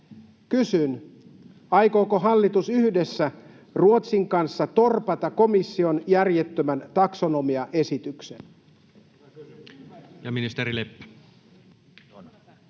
Kysyn: aikooko hallitus yhdessä Ruotsin kanssa torpata komission järjettömän taksonomiaesityksen?